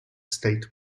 state